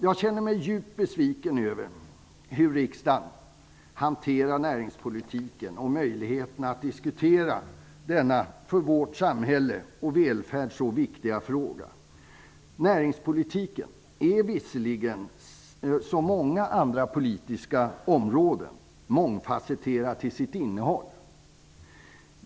Jag känner mig djupt besviken över hur riksdagen hanterar näringspolitiken och möjligheterna att diskutera denna för vårt samhälle och välfärd så viktiga fråga. Näringspolitiken är visserligen, som många andra politiska områden, mångfasetterad till sitt innehåll.